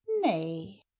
nay